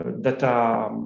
data